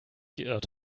geirrt